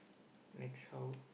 next how